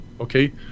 Okay